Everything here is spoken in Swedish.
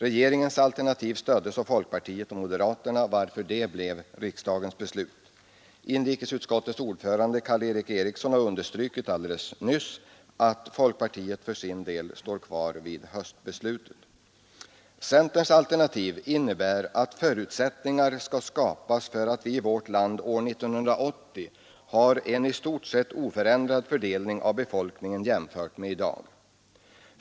Regeringens alternativ stöddes av folkpartiet och moderaterna, varför det blev riksdagens beslut. Inrikesutskottets ordförande Karl Erik Eriksson har alldeles nyss understrukit att folkpartiet för sin del står kvar vid höstbeslutet. Centerns alternativ innebär att förutsättningar skall skapas för att vårt land år 1980 har en i stort sett oförändrad fördelning av befolkningen jämfört med i dag.